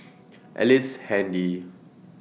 Ellice Handy